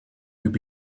would